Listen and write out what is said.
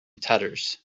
tatters